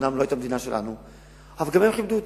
אומנם לא היתה מדינה שלנו, אבל גם הם כיבדו אותנו.